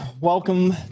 Welcome